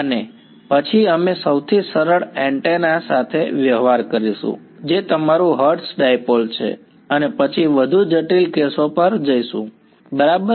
અને પછી અમે સૌથી સરળ એન્ટેના સાથે વ્યવહાર કરીશું જે તમારું હર્ટ્ઝ ડાઇપોલ છે અને પછી વધુ જટિલ કેસો પર જઈશું બરાબર